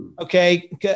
Okay